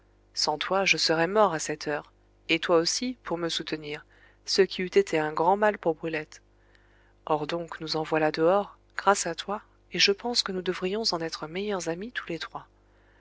sans toi je serais mort à cette heure et toi aussi pour me soutenir ce qui eût été un grand mal pour brulette or donc nous en voilà dehors grâce à toi et je pense que nous devrions en être meilleurs amis tous les trois